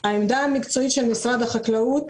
העמדה המקצועית של משרד החקלאות